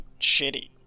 shitty